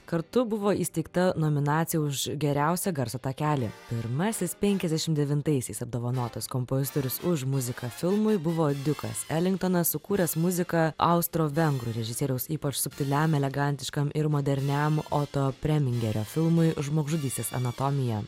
kartu buvo įsteigta nominacija už geriausią garso takelį pirmasis penkiasdešim devintaisiais apdovanotas kompozitorius už muziką filmui buvo dikas elingtonas sukūręs muziką austro vengrų režisieriaus ypač subtiliam elegantiškam ir moderniam oto premingerio filmui žmogžudystės anatomija